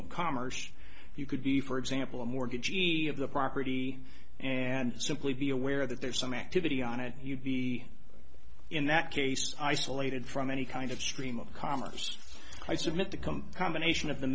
of commerce you could be for example a mortgage e of the property and simply be aware that there's some activity on it you'd be in that case isolated from any kind of stream of commerce i submit to come combination of the